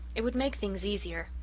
it would make things easier.